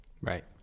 right